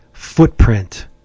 footprint